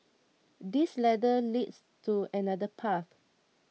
this ladder leads to another path